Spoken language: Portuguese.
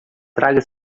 traga